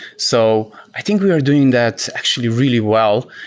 so i think we are doing that actually really well.